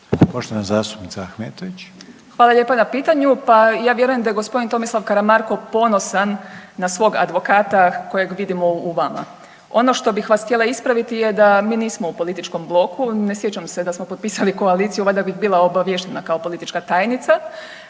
**Ahmetović, Mirela (SDP)** Hvala lijepa na pitanju. Pa ja vjerujem da je gospodin Tomislav Karamarko ponosan na svog advokata kojeg vidimo u vama. Ono što bih htjela ispraviti je da mi nismo u političkom bloku, ne sjećam se da smo potpisali koaliciju valjda bih bila obaviještena kao politička tajnica.